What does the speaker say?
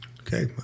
Okay